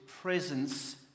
presence